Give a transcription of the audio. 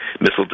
missile